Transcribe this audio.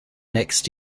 next